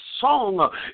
song